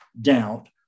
doubt